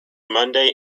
monday